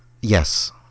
yes